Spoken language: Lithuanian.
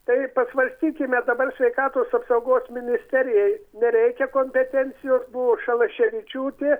tai pasvarstykime dabar sveikatos apsaugos ministerijai nereikia kompetencijos buvo šalaševičiūtė